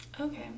Okay